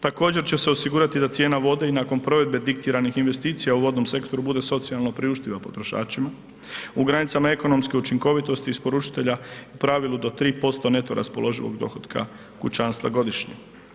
Također će se osigurati da cijena vode i nakon provedbe diktiranih investicija u vodnom sektoru bude socijalno priuštiva potrošačima u granicama ekonomske učinkovitosti isporučitelja u pravilu do 3% neto raspoloživog dohotka kućanstva godišnje.